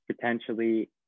potentially